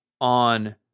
on